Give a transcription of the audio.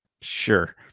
Sure